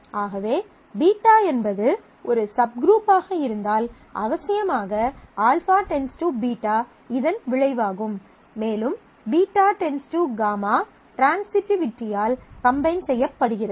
ஆகவே β என்பது ஒரு சப்குரூப்பாக இருந்தால் அவசியமாக α → β இதன் விளைவாகும் மேலும் β→γ ட்ரான்சிட்டிவிட்டியால் கம்பைன் செய்யப்படுகிறது